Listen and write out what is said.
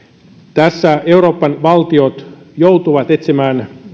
tässä euroopan valtiot joutuvat etsimään